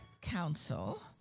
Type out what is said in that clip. council